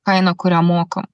kainą kurią mokam